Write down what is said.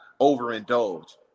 overindulge